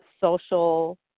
social